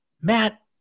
Matt